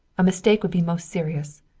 a mistake would be most serious.